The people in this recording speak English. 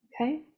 okay